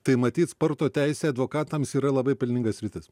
tai matyt sporto teisė advokatams yra labai pelninga sritis